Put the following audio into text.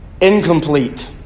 incomplete